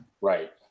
Right